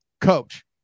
coach